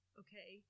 okay